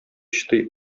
чыдый